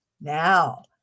now